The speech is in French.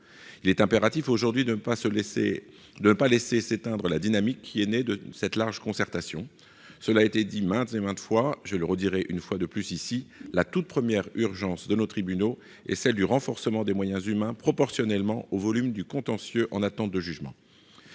il est impératif aujourd'hui de ne pas se laisser de ne pas laisser s'éteindre la dynamique qui est né de cette large concertation, cela a été dit maintes et maintes fois je le redirai une fois de plus ici la toute première urgence de nos tribunaux et celle du renforcement des moyens humains proportionnellement au volume du contentieux en attente de jugement,